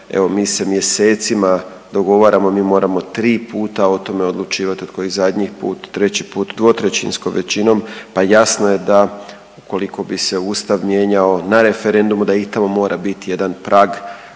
evo mi se mjesecima dogovaramo, mi moramo 3 puta o tome odlučivati od kojih zadnji put, 3 put 2/3 većinom pa jasno je da ukoliko bi se Ustav mijenjao na referendumu da i tamo mora biti jedan prag